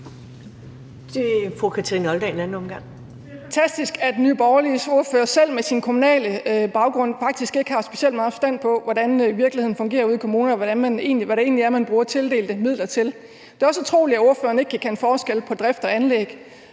Det er fantastisk, at Nye Borgerliges ordfører selv med sin kommunale baggrund faktisk ikke har specielt meget forstand på, hvordan virkeligheden fungerer ude i kommunerne, og hvad det egentlig er, man bruger tildelte midler til. Det er også utroligt, at ordføreren ikke kan kende forskel på drift og anlæg.